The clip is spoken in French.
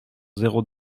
zéro